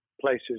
places